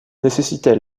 nécessitait